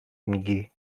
میگی